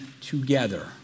together